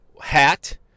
hat